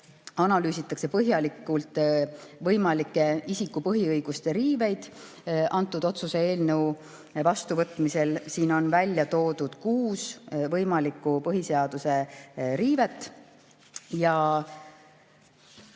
analüüsitakse põhjalikult võimalikke isiku põhiõiguste riiveid antud otsuse eelnõu vastuvõtmise korral. Välja on toodud kuus võimalikku põhiseaduse riivet.